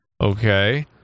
Okay